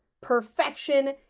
perfection